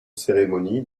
cérémonies